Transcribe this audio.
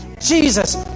Jesus